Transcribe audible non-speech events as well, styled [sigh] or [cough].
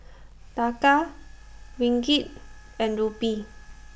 [noise] Taka Ringgit and Rupee